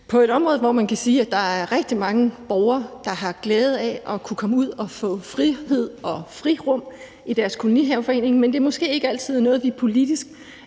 på et område, hvorom man kan sige, at der er rigtig mange borgere, der har glæde af at kunne komme ud og få frihed og frirum i deres kolonihaveforening, men det er måske ikke altid noget, vi politisk